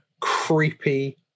creepy